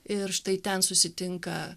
ir štai ten susitinka